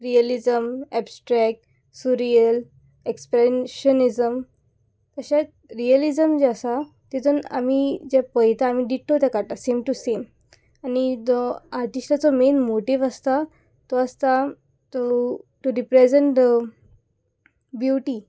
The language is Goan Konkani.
रियलिजम एबस्ट्रेक्ट सुरियल एक्सप्रेन्शनिजम तशेंच रियलिजम जे आसा तितून आमी जे पळयता आमी डिट्टो ते काडटा सेम टू सेम आनी जो आर्टिस्टाचो मेन मोटीव आसता तो आसता to to represent the beauty